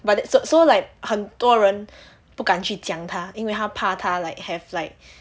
but th~ so so like 很多人不敢去讲他因为他怕他 like have like